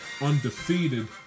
undefeated